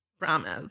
Promise